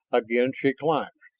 again she climbs.